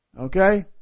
Okay